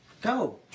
Go